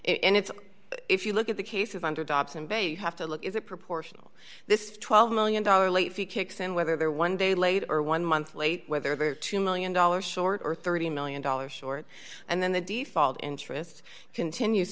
and it's if you look at the cases under dobson bay have to look is it proportional this twelve million dollars late fee kicks in whether they're one dollar day late or one month late whether they're two million dollars short or thirty million dollars short and then the default interest continues